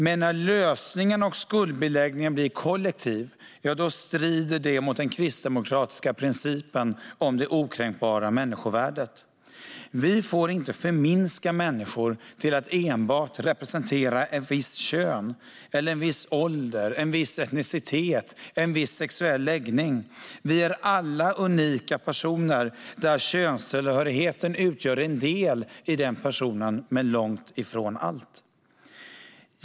Men när lösningarna och skuldbeläggningen blir kollektiv strider det mot den kristdemokratiska principen om det okränkbara människovärdet. Vi får inte förminska människor till att enbart representera ett visst kön, en viss ålder, en viss etnicitet eller en viss sexuell läggning. Vi är alla unika personer där könstillhörigheten utgör en del men långt ifrån allt.